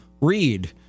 read